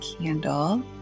candle